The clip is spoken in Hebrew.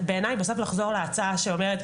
בעיניי בסוף להצעה שאומרת,